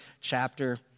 chapter